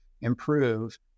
improve